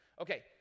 Okay